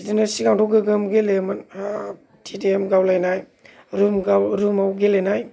बिदिनो सिगांथ' गोगोम गेलेयोमोन हाब टि डि एम गावलायनाय रुम गाउ रुमाव गेलेनाय